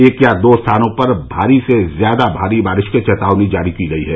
एक या दो स्थानों पर भारी से ज्यादा भारी बारिश की चेतावनी जारी की गयी है